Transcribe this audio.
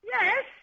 Yes